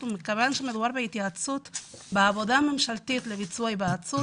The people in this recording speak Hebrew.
ומכיוון שמדובר בהתייעצות בעבודה מממשלתית לביצוע היוועצות,